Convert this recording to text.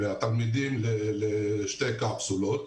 והתלמידים לשתי קפסולות,